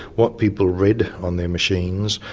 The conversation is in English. what people read on their machines,